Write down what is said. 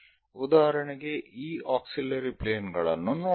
ಉದಾಹರಣೆಗೆ ಈ auxiliary plane ಗಳನ್ನು ನೋಡೋಣ